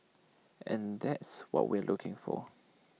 and that's what we're looking for